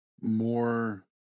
more